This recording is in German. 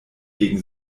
gegen